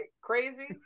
crazy